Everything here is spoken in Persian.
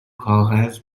کاغذ